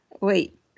Wait